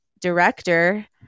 director